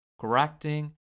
correcting